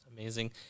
amazing